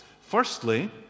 Firstly